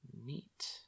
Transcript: Neat